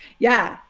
yeah.